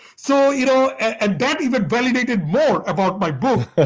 so you know and that even validated more about my book,